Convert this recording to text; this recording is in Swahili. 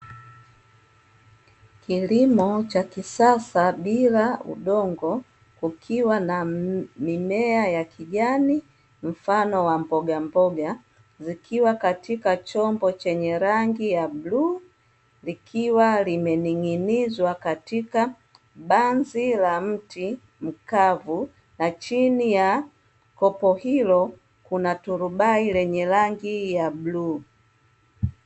Kilimo cha kisasa bila udongo, kukiwa na mimea ya kijani mfano wa mboga mboga, zikiwa katika chombo chenye rangi ya bluu likiwa limening'inizwa katika banzi la mti mkavu, na chini ya kopo hilo kuna turubai lenye rangi ya bluu.